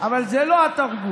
אבל זה לא התרגום.